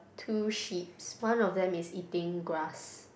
two sheep's one of them is eating grass